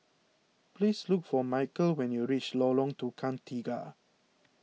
please look for Michael when you reach Lorong Tukang Tiga